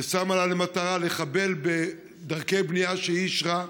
ששמה לה למטרה לחבל בדרכי בנייה שהיא אישרה,